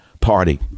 Party